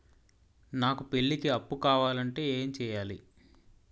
నాకు పెళ్లికి అప్పు కావాలంటే ఏం చేయాలి?